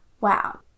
wow